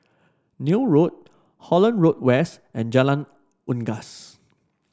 Neil Road Holland Road West and Jalan Unggas